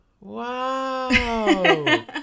Wow